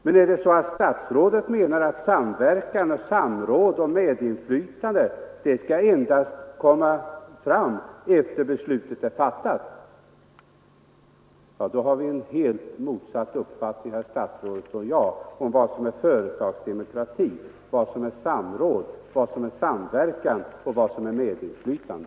Men om herr statsrådet menar att medverkan och samråd och medinflytande endast skall få komma fram efter det att beslutet är fattat, då har herr statsrådet och jag helt motsatta uppfattningar om vad som är företagsdemokrati och vad som är samråd och vad som är samverkan och vad som är medinflytande.